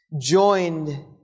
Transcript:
joined